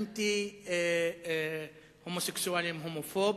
אנטי-הומוסקסואלים, הומופוב,